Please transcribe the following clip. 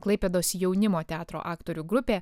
klaipėdos jaunimo teatro aktorių grupė